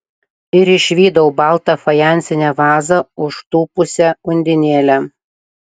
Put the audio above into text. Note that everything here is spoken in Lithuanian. ir išvydau baltą fajansinę vazą užtūpusią undinėlę